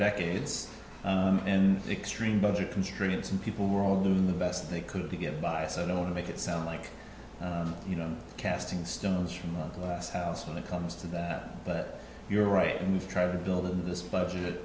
decades and extreme budget constraints and people world doing the best they could to get by so i don't want to make it sound like you know casting stones from the glass house when it comes to that but you're right and we've tried to build of this budget